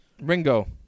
Ringo